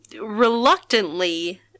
reluctantly